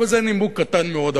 אבל זה נימוק קטן מאוד.